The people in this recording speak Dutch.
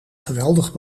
geweldig